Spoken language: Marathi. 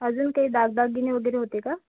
अजून काही दागदागिने वगैरे होते का